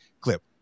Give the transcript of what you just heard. clip